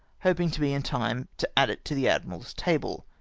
hoping to be in time to add it to the admiral's table,